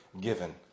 given